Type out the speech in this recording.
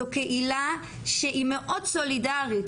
זו קהילה שהיא מאוד סולידרית,